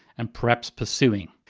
and perhaps pursuing.